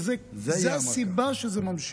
זו הסיבה שזה נמשך.